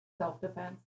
Self-defense